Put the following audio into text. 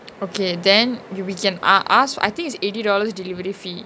okay then we can ask I think is eighty dollars delivery fee